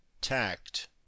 tact